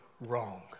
wrong